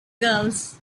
girls